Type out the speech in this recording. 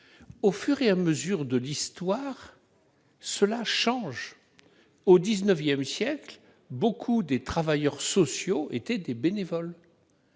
Au fur et à mesure de l'histoire, cela change. Au XIX siècle, beaucoup de travailleurs sociaux étaient bénévoles.